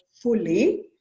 fully